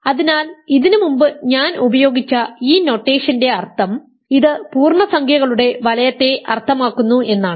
അതിനാൽ ഇതിനുമുമ്പ് ഞാൻ ഉപയോഗിച്ച ഈ നൊട്ടേഷൻറെ അർത്ഥം ഇത് പൂർണ്ണസംഖ്യകളുടെ വലയത്തെ അർത്ഥമാക്കുന്നു എന്നാണ്